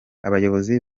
abayobozi